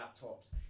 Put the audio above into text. laptops